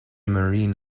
marine